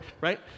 right